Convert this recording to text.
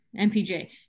MPJ